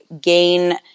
gain